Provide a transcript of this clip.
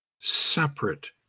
separate